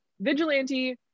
vigilante